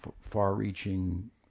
far-reaching